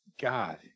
God